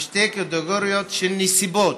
בשתי קטגוריות של נסיבות: